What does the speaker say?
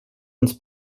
uns